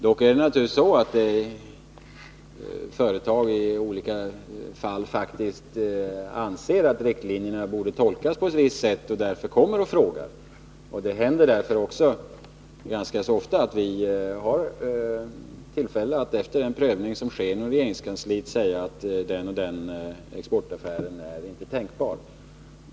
Dock är det naturligtvis så att företag i olika fall anser att riktlinjerna borde tolkas på ett visst sätt och därför kommer och frågar. Det händer därför också ganska ofta att vi har tillfälle att efter den prövning som sker inom regeringskansliet säga att en viss exportaffär inte är tänkbar.